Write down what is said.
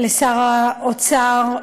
לשר האוצר,